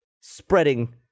spreading